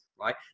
right